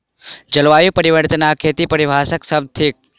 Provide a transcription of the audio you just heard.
जलवायु परिवर्तन आ खेती पारिभाषिक शब्द थिक